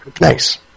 Nice